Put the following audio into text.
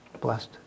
blessed